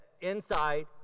inside